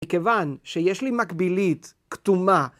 מכיוון שיש לי מקבילית קטומה.